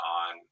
on